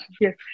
Yes